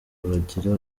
bagira